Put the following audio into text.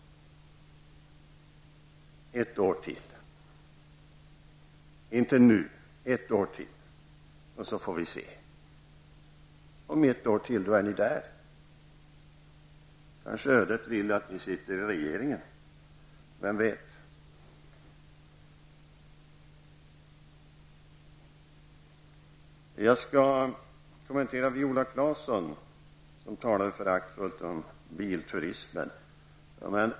Ett år till, inte nu, ett år till så får vi se. Om ett år är vi där. Kanske ödet vill att ni sitter i regeringsställning. Vem vet? Jag skall kommentera vad Viola Claesson sade. Hon talade föraktfullt om bilturismen.